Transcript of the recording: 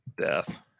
death